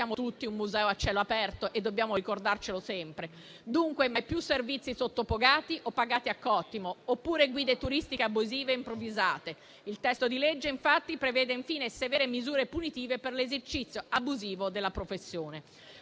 tutti, un museo a cielo aperto e dobbiamo ricordarcelo sempre. Dunque mai più servizi sottopagati o pagati a cottimo oppure guide turistiche abusive improvvisate. Il testo di legge, infatti, prevede severe misure punitive per l'esercizio abusivo della professione.